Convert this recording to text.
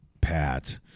Pat